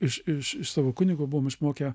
iš iš iš savo kunigo buvom išmokę